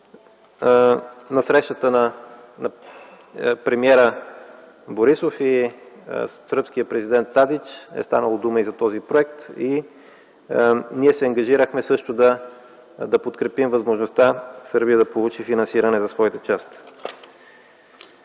На срещата на премиера Борисов и сръбския президент Тадич е станало дума и за този проект. Ние се ангажирахме също да подкрепим възможността Сърбия да получи финансиране в своята част.